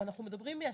אנחנו מדברים מהשטח.